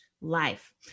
life